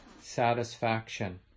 satisfaction